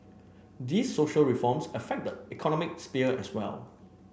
these social reforms affect the economic sphere as well